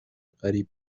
قریب